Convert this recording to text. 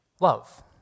love